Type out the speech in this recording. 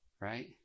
right